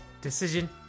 decision